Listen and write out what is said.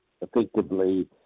effectively